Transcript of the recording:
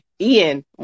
Ian